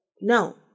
no